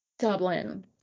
Dublin